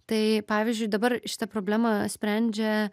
tai pavyzdžiui dabar šitą problemą sprendžia